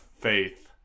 faith